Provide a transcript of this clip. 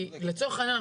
כי לצורך העניין,